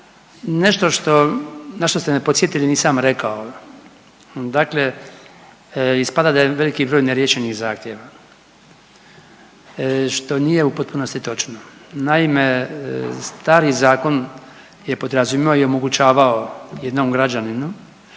što na što ste me podsjetili nisam rekao, dakle ispada da je veliki broj neriješenih zahtjeva što nije u potpunosti točno. Naime, stari zakon je podrazumijevao i omogućavao jednom građaninu